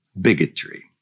bigotry